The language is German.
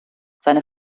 seine